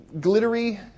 glittery